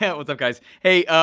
hey, what's up guys? hey,